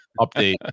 update